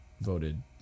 voted